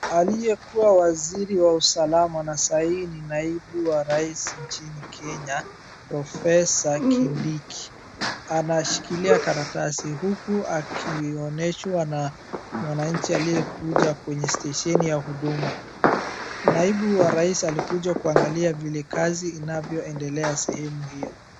Aliyekuwa waziri wa usalama na sai ni naibu wa rais nchini Kenya Professor Kindiki, anashikilia karatasi uku akionyeshwa na mwananchi aliyekuja kwenye stesheni ya huduma. Naibu wa rais alikuja kuangalia vile kazi inavyoendelea sehemu hio.